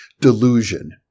delusion